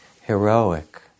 heroic